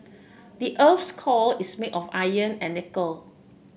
the earth's core is made of iron and nickel